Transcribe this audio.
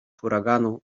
huraganu